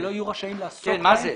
שלא יהיו רשאים לעסוק בהם?